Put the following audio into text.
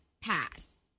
pass